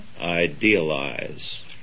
idealize